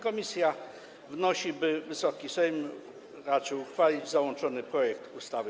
Komisja wnosi, by Wysoki Sejm raczył uchwalić załączony projekt ustawy.